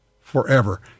forever